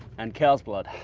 and cows blood